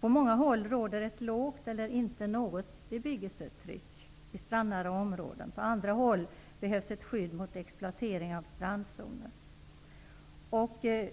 På många håll råder ett lågt eller inte något bebyggelsetryck i strandnära områden. På andra håll behövs ett skydd mot exploatering av strandzonen.